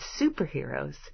superheroes